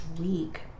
week